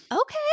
okay